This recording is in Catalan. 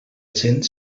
gent